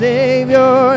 Savior